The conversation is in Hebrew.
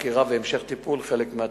חקירה והמשך טיפול בחלק מהתיקים.